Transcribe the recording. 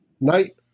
night